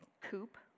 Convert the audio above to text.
coop